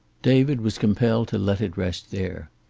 david was compelled to let it rest there.